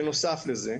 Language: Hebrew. בנוסף לזה,